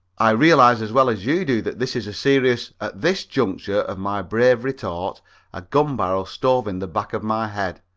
i realize as well as you do that this is a serious at this juncture of my brave retort a gun barrel stove in the back of my head,